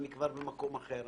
אני כבר במקום אחר.